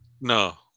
No